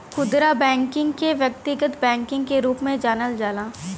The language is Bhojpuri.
खुदरा बैकिंग के व्यक्तिगत बैकिंग के रूप में जानल जाला